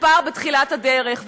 ופער בתחילת הדרך.